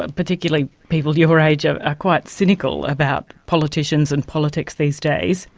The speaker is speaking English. ah particularly people your age, are ah quite cynical about politicians and politics these days,